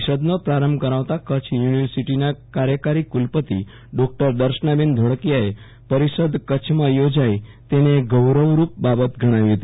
પરિષદનો પ્રારંભ કરાવતા કચ્છ યુ નિવર્સીટીના કાર્યકારી કુલપતિ ડો દર્શનાબેન ધોળકીયાએ પરિષદ કચ્છમાં યોજાઈ તેને ગૌરવરૂપ બાબત ગણાવી હતી